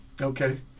okay